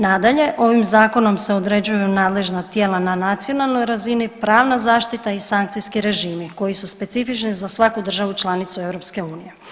Nadalje, ovim Zakonom se određuju nadležna tijela na nacionalnoj razini, pravna zaštita i sankcijski režimi, koji su specifični za svaku državu članicu EU.